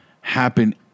happen